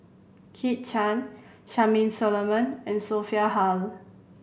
Kit Chan Charmaine Solomon and Sophia Hull